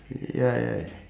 ya ya ya